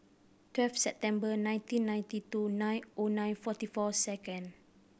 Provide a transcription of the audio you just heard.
twelve September nineteen ninety two nine O nine forty four second